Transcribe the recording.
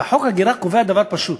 וחוק ההגירה קובע דבר פשוט: